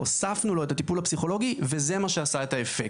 הוספנו לו את הטיפול הפסיכולוגי וזה מה שעשה את האפקט.